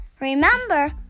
Remember